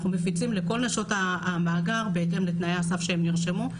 אנחנו מפיצים לכל נשות המאגר בהתאם לתנאי הסף שהם נרשמו.